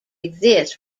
exist